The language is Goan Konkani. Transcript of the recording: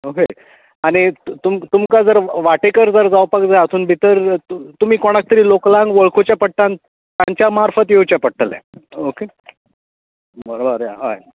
आनी तू तुमकां जर वांटेकर जर जावपा जाय भितन तुमी कोणाक किदें लोकलांक वळखुचें पडटा तांच्या मार्फत येवचें पडटलें ओके बरें हय